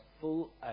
full